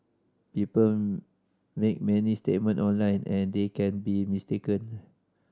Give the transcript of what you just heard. people make many statement online and they can be mistaken